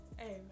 amen